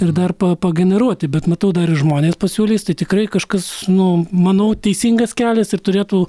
ir dar pa pageneruoti bet matau dar ir žmonės pasiūlys tai tikrai kažkas nu manau teisingas kelias ir turėtų